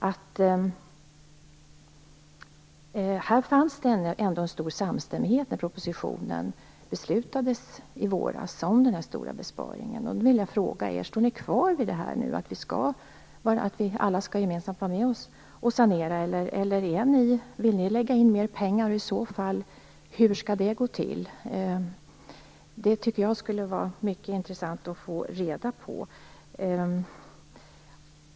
Det fanns en stor samstämmighet när riksdagen i våras fattade beslut om propositionen om denna stora besparing. Står ni kvar vid att vi alla gemensamt skall vara med och sanera, eller vill ni lägga in mer pengar? Hur skall det gå till i så fall? Det vore mycket intressant att få reda på det.